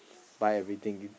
buy everything